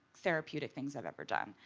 therapeutic things i've ever done.